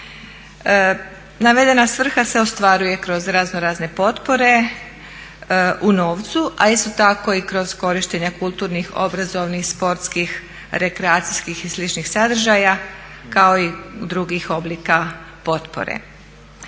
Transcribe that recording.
Navedena svrha se ostvaruje kroz raznorazne potpore u novcu, a isto tako i kroz korištenja kulturnih, obrazovnih, sportskih, rekreacijskih i sličnih sadržaja kao i drugih oblika potpore.